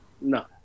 no